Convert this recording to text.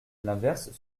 l’inverse